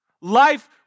Life